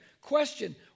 Question